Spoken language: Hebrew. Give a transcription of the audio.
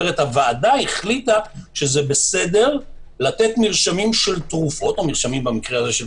כלומר הוועדה החליטה שבסדר לתת מרשמים של תרופות במקרה זה של